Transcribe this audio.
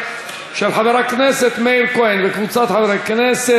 של חבר הכנסת מאיר כהן וקבוצת חברי הכנסת.